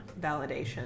validation